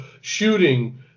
shooting